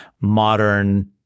modern